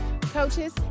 coaches